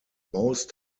most